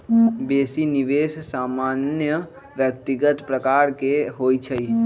बेशी निवेश सामान्य व्यक्तिगत प्रकार के होइ छइ